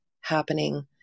happening